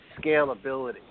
scalability